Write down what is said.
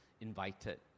invited